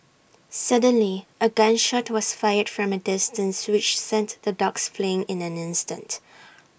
suddenly A gun shot was fired from A distance which sent the dogs fleeing in an instant